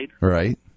Right